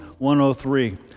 103